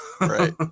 Right